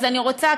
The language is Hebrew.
אז אני רוצה,